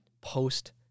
post